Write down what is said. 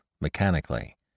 mechanically